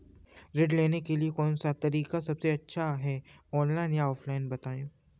ऋण लेने के लिए कौन सा तरीका सबसे अच्छा है ऑनलाइन या ऑफलाइन बताएँ?